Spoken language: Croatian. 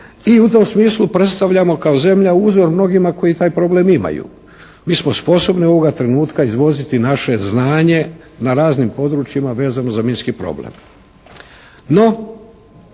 i u tom smislu predstavljamo kao zemlja uzor mnogima koji taj problem imaju. Mi smo sposobni ovoga trenutka izvoziti naše znanje na raznim područjima vezano za minski problem.